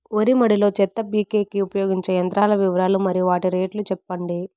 వరి మడి లో చెత్త పీకేకి ఉపయోగించే యంత్రాల వివరాలు మరియు వాటి రేట్లు చెప్పండి?